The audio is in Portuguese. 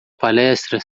palestra